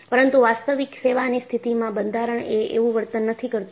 પરંતુ વાસ્તવિક સેવાની સ્થિતિમાં બંધારણ એ એવું વર્તન નથી કરતુ